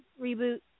reboot